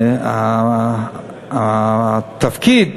שנוגע, שהתפקיד,